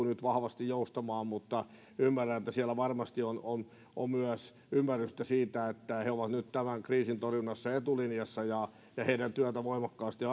nyt vahvasti joustamaan mutta ymmärrän että siellä varmasti on on myös ymmärrystä siitä että he ovat nyt tämän kriisin torjunnassa etulinjassa ja ja heidän työtään voimakkaasti